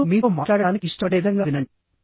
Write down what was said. ఇతరులు మీతో మాట్లాడటానికి ఇష్టపడే విధంగా వినండి